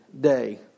day